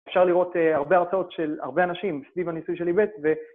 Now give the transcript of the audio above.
אפשר לראות הרבה הרצאות של הרבה אנשים סביב הניסוי של היבט ו...